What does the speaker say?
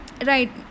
Right